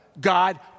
God